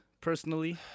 personally